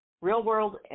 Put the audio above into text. Real-world